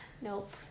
Nope